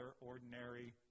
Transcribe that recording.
ordinary